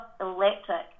electric